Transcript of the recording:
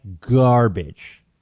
garbage